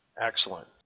Excellent